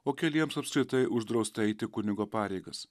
o keliems apskritai uždrausta eiti kunigo pareigas